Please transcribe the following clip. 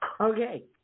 okay